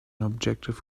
objective